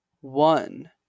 One